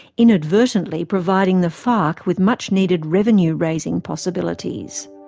inadvertently providing the farc with much needed revenue raising possibilities.